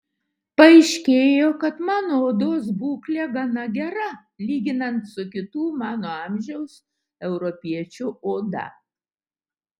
paaiškėjo kad mano odos būklė gana gera lyginant su kitų mano amžiaus europiečių oda